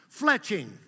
Fletching